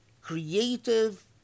creative